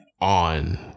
on